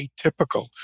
atypical